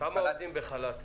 כמה עובדים יש בחל"ת?